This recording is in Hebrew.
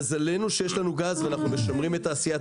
מזלנו שיש לנו גז ואנחנו משמרים את תעשיית